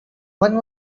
one